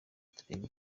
turebe